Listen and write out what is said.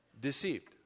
Deceived